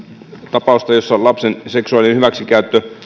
tapausta jossa lapsen seksuaalinen hyväksikäyttö